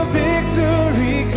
victory